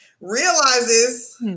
realizes